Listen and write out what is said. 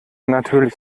natürlich